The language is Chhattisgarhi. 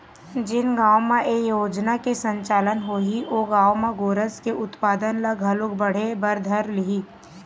जेन गाँव म ए योजना के संचालन होही ओ गाँव म गोरस के उत्पादन ह घलोक बढ़े बर धर लिही